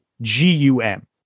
G-U-M